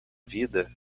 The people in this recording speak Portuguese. vida